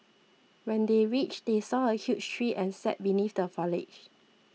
when they reached they saw a huge tree and sat beneath the foliage